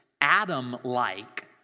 Adam-like